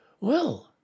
Well